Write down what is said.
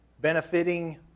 benefiting